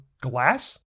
glass